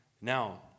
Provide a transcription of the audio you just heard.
now